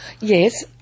Yes